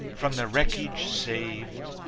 from the wreckage saved,